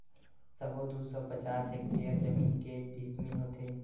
सबो दू सौ पचास हेक्टेयर जमीन के डिसमिल होथे?